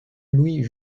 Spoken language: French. louis